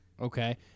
Okay